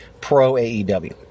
pro-AEW